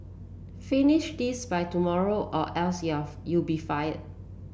finish this by tomorrow or else you are you'll be fired